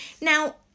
now